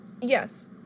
Yes